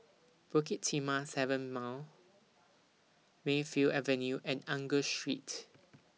Bukit Timah seven Mile Mayfield Avenue and Angus Street